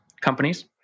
companies